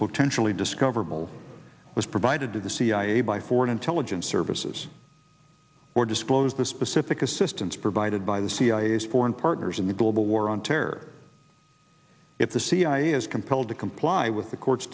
potentially discoverable was provided to the cia by foreign intelligence services or disclosed the specific assistance provided by the cia's foreign partners in the global war on terror if the cia is compelled to comply with the court's